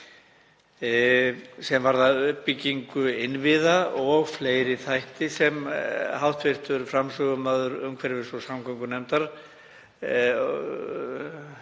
sem varðar uppbyggingu innviða og fleiri þætti sem hv. framsögumaður umhverfis- og samgöngunefndar,